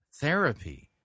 therapy